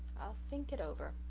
think it over.